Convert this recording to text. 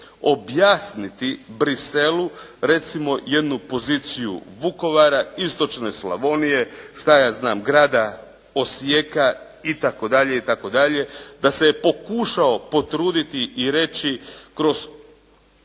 objasniti Bruxellesu recimo jednu poziciju Vukovara, istočne Slavonije, šta ja znam grada Osijeka itd., itd., da se je pokušao potruditi i reći kroz